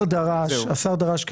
השר דרש,